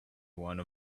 one